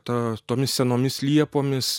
ta tomis senomis liepomis